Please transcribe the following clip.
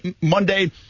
Monday